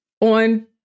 on